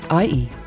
IE